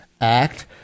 act